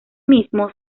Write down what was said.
mismo